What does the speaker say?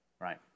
right